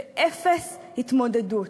ואפס התמודדות.